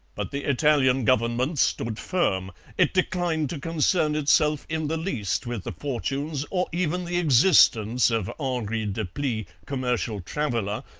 but the italian government stood firm it declined to concern itself in the least with the fortunes or even the existence of henri deplis, commercial traveller,